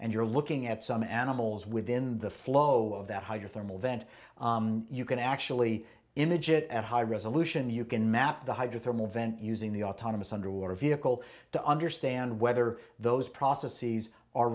and you're looking at some animals within the flow of that hydrothermal vent you can actually image it at high resolution you can map the hydrothermal vent using the autonomous underwater vehicle to understand whether those processes are